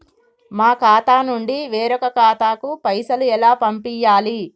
మా ఖాతా నుండి వేరొక ఖాతాకు పైసలు ఎలా పంపియ్యాలి?